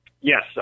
Yes